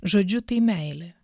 žodžiu tai meilė